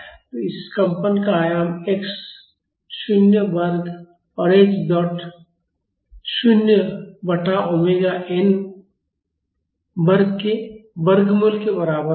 तो इस कंपन का आयाम x 0 वर्ग और x डॉट 0 बटा ओमेगा n वर्ग के वर्गमूल के बराबर होगा